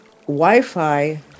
Wi-Fi